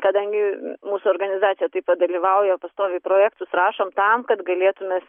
kadangi mūsų organizacija taip pat dalyvauja pastoviai projektus rašom tam kad galėtume